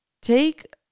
take